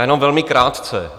Jenom velmi krátce.